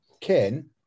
Ken